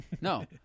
No